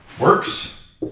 works